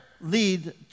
lead